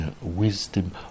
wisdom